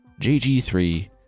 JG3